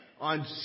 on